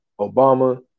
Obama